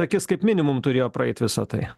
akis kaip minimum turėjo praeit visa tai